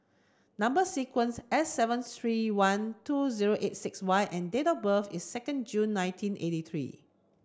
number sequence S seven three one two zero eight six Y and date of birth is second June nineteen eighty three